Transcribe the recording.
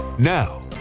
Now